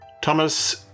Thomas